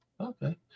okay